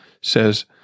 says